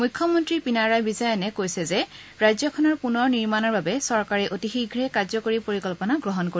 মুখ্যমন্তী পিনাৰায় বিজয়ানে কৈছে যে ৰাজ্যখনৰ পুনৰ নিৰ্মাণৰ বাবে চৰকাৰে অতি শীঘ্ৰেই কাৰ্যকৰী পৰিকল্পনা গ্ৰহণ কৰিব